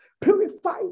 Purify